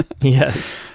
Yes